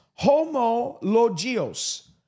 homologios